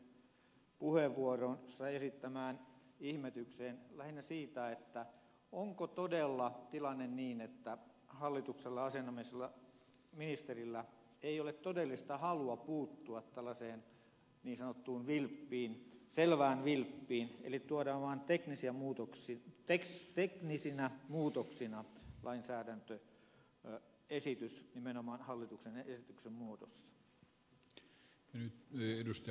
pulliaisen puheenvuoroon joka saa esittämään ihmetyksen lähinnä siitä onko todella tilanne niin että hallituksen asianomaisella ministerillä ei ole todellista halua puuttua tällaiseen selvään vilppiin eli tuodaan vain teknisinä muutoksina lainsäädäntöön esitys nimenomaan hallituksen esityksen muodossa